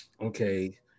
Okay